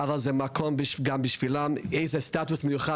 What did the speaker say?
זה מקום גם בשבילם איזה סטטוס מיוחד,